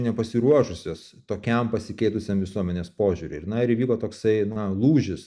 nepasiruošusios tokiam pasikeitusiam visuomenės požiūriui na ir įvyko toksai na lūžis